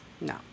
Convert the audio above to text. No